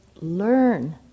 learn